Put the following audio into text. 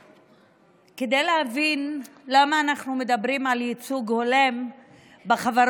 כדי להבין למה אנחנו מדברים על ייצוג הולם בחברות